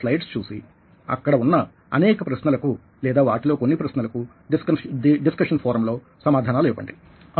మీరు స్లైడ్స్ చూసి అక్కడ ఉన్న అనేక ప్రశ్నలకు లేదా వాటిలో కొన్ని ప్రశ్నలకు డిస్కషన్ ఫోరంలో సమాధానాలు ఇవ్వండి